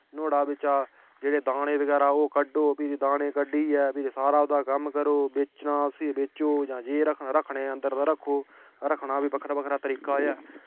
नोह्ड़ा बिच्चा जेह्ड़े दाने बगैरा ओह् कड्ढो फिरी दाने कड्डियै फिरी सारा ओह्दा कम्म करो बेचना उसी बेचो जां जे रक्खना रक्खने अंदर ते रक्खो रक्खना बी बक्खरा बक्खरा तरीका ऐ